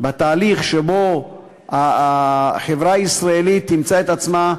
בתהליך שבו החברה הישראלית תמצא את עצמה,